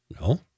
No